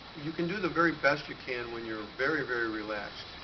you can do the very best you can when you're very, very relaxed,